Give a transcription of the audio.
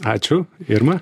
ačiū irma